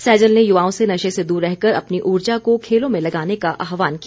सैजल ने युवाओं से नशे से दूर रहकर अपनी ऊर्जा को खेलों में लगाने का आहवान किया